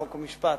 חוק ומשפט,